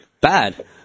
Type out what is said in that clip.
Bad